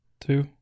two